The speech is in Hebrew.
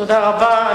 תודה רבה.